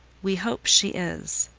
we hope she is.